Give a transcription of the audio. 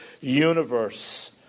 universe